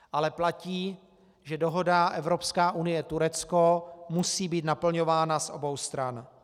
Ale platí, že dohoda Evropská unie Turecko musí být naplňována z obou stran.